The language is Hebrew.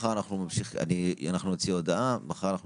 מחר אנחנו ממשיכים ונקיים הצבעות.